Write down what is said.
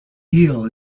eel